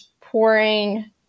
pouring